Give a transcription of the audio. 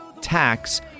tax